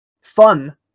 fun